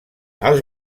els